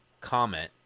comment